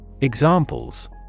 Examples